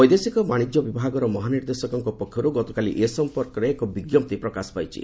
ବୈଦେଶିକ ବାଣିଜ୍ୟ ବିଭାଗର ମହାନିର୍ଦ୍ଦେଶକଙ୍କ ପକ୍ଷରୁ ଗତକାଲି ଏ ସମ୍ପର୍କରେ ଏକ ବିଜ୍ଞପ୍ତି ପ୍ରକାଶ ପାଇଛି